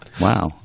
wow